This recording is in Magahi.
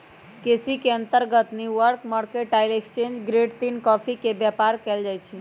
केसी के अंतर्गत न्यूयार्क मार्केटाइल एक्सचेंज ग्रेड तीन कॉफी के व्यापार कएल जाइ छइ